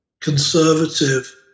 conservative